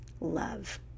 love